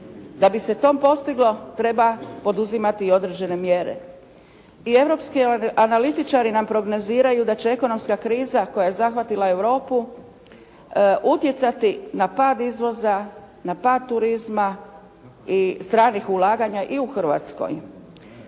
Da bi se to postiglo, treba poduzimati i određene mjere. I europski analitičari nam prognoziraju da će ekonomska kriza koja je zahvatila Europu utjecati na pad izvoza, na pad turizma i stranih ulaganja i u Hrvatskoj.